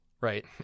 right